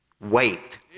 wait